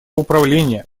управления